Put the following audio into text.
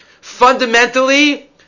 fundamentally